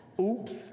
Oops